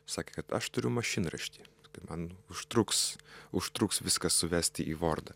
sakė kad aš turiu mašinraštį tai man užtruks užtruks viską suvesti į vordą